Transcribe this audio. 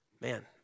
man